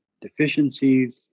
deficiencies